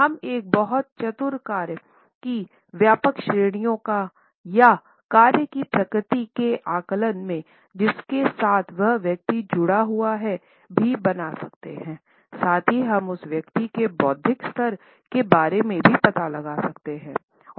हम एक बहुत चतुर कार्य की व्यापक श्रेणियों या कार्य की प्रकृति के आकलन में जिसके साथ वह व्यक्ति जुड़ा हुआ है भी बना सकते हैं साथ ही हम उस व्यक्ति के बौद्धिक स्तर के बारे में भी पता लगा सकते हैं